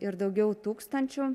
ir daugiau tūkstančių